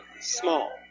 small